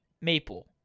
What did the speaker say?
Maple